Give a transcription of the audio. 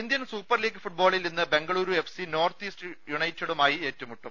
Indian Super League ഫുട്ബോളിൽ ഇന്ന് Bengaluru F C North East യുണൈറ്റഡുമായി ഏറ്റുമുട്ടും